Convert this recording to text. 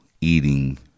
eating